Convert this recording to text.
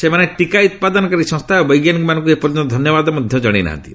ସେମାନେ ଟିକା ଉତ୍ପାଦନକାରୀ ସଂସ୍ଥା ଓ ବୈଜ୍ଞାନିକମାନଙ୍କୁ ଏ ପର୍ଯ୍ୟନ୍ତ ଧନ୍ୟବାଦ ମଧ୍ୟ ଜଣାଇ ନାହାନ୍ତି